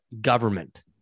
government